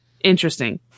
interesting